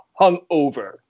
hungover